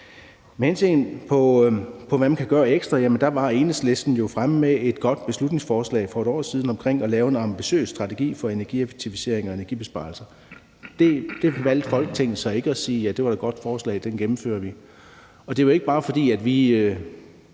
Med hensyn til hvad man kan gøre ekstra, var Enhedslisten jo fremme med et godt beslutningsforslag for et år siden om at lave en ambitiøs strategi for energieffektiviseringer og energibesparelser. Der valgte Folketinget så ikke at sige, at det var et godt forslag, så det gennemfører vi. Og vi havde jo også selv